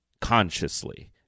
consciously